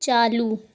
چالو